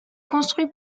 construit